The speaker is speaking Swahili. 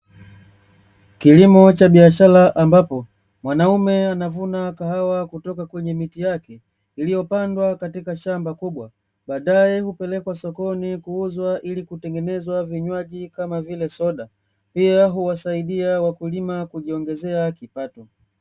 Kilimo cha biashara ambapo, mwanaume anavuna kahawa kutoka kwenye miti yake, iliyopandwa katika shamba kubwa baadae hupelekwa sokoni kuuzwa ilikutengeneza vinywaji kama vile soda, pia huwasaidia wakulima kujiongezea kipato.